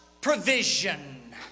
provision